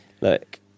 Look